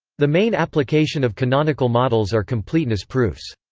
the main application of canonical models are completeness proofs.